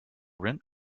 rent